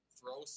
Throw